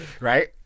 right